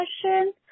question